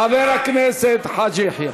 חבר הכנסת חאג' יחיא.